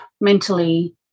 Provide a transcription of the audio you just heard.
mentally